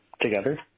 together